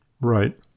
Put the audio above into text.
Right